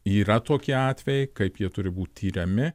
yra tokie atvejai kaip jie turi būt tiriami